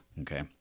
Okay